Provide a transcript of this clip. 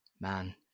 man